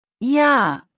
Ja